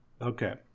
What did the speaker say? Okay